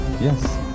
Yes